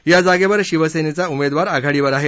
या जागेवर शिवसेनेचा उमेदवार आघाडीवर आहे